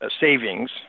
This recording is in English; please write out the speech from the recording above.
savings